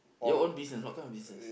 your own business what kind of business